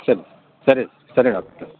ಸರಿ ಸರಿ ಸರಿ ಡಾಕ್ಟ್ರ್